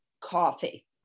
coffee